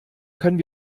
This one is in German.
können